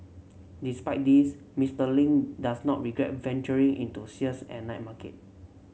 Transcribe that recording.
despite this Mister Ling does not regret venturing into sales at night market